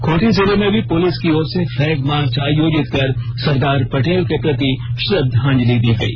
खूंटी जिले में भी पुलिस की ओर से फ्लैग मार्च आयोजित कर सरदार पटेल के प्रति श्रद्वांजलि दी गई